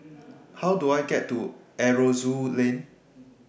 How Do I get to Aroozoo Lane